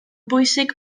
bwysig